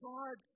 God